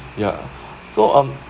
ya so um